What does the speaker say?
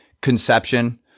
conception